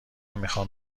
میخوام